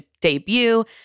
debut